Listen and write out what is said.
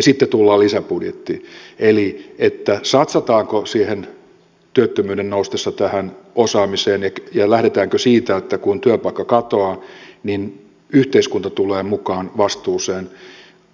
sitten tullaan lisäbudjettiin eli siihen satsataanko työttömyyden noustessa tähän osaamiseen ja lähdetäänkö siitä että kun työpaikka katoaa niin yhteiskunta tulee mukaan vastuuseen